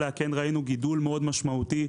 כן ראינו גידול מאוד משמעותי,